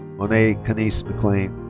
monet kenise mcclain.